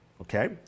okay